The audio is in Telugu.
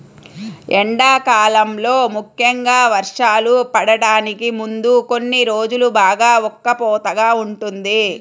ఎండాకాలంలో ముఖ్యంగా వర్షాలు పడటానికి ముందు కొన్ని రోజులు బాగా ఉక్కపోతగా ఉంటుంది